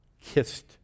kissed